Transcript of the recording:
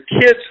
kids